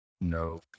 No